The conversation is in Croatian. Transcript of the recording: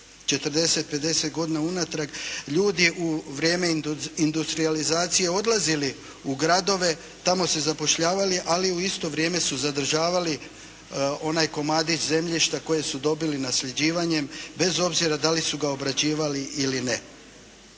40-50 godina unatrag ljudi u vrijeme industrijalizacije odlazili u gradove, tamo se zapošljavali ali u isto vrijeme su zadržavali onaj komadić zemljišta koje su dobili nasljeđivanjem bez obzira da li su ga obrađivali ili ne.